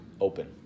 open